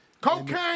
Cocaine